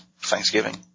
Thanksgiving